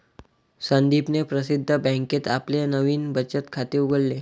संदीपने प्रसिद्ध बँकेत आपले नवीन बचत खाते उघडले